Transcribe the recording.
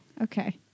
Okay